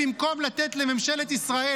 במקום לתת לממשלת ישראל,